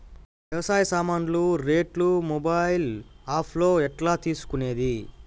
వ్యవసాయ సామాన్లు రేట్లు మొబైల్ ఆప్ లో ఎట్లా తెలుసుకునేది?